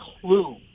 clue